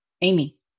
Amy